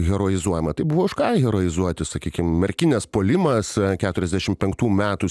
heroizuojama tai buvo už ką heroizuoti sakykim merkinės puolimas keturiasdešimt penktų metų